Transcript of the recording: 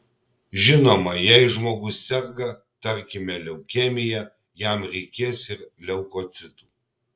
žinoma jei žmogus serga tarkime leukemija jam reikės ir leukocitų